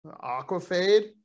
aquafade